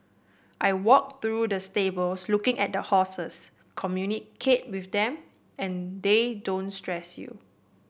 I walk through the stables looking at the horses communicate with them and they don't stress you